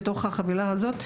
בתוך החבילה הזאת,